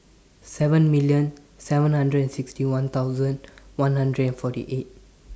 seven million seven hundred and sixty one thousand one hundred and forty eight